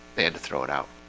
they had to throw it out